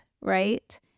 right